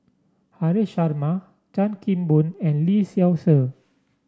Haresh Sharma Chan Kim Boon and Lee Seow Ser